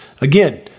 Again